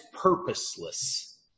purposeless